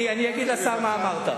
אני אגיד לשר מה אמרת.